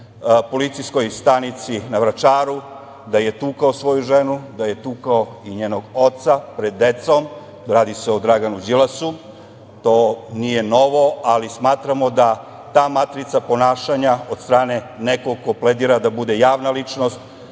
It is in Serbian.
policijskoj stanici na Vračaru da je tukao svoju ženu, da je tukao i njenog oca pred decom. Radi se o Draganu Đilasu. To nije novo, ali smatramo da ta matrica ponašanja od strane nekog ko pledira da bude javna ličnost,